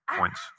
points